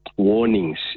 Warnings